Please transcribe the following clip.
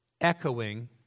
echoing